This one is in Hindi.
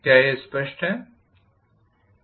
क्या यह स्पष्ट है